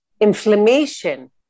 Inflammation